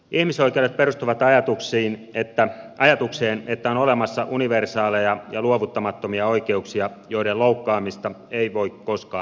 ihmisoikeudet perustuvat ajatukseen että on olemassa universaaleja ja luovuttamattomia oikeuksia joiden loukkaamista ei voi koskaan hyväksyä